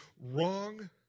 wrong